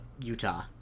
Utah